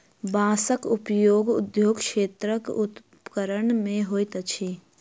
बांसक उपयोग उद्योग क्षेत्रक उपकरण मे होइत अछि